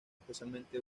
especialmente